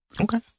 Okay